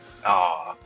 Aww